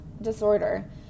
disorder